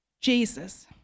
Jesus